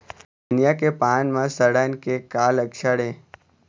धनिया के पान म सड़न के का लक्षण ये?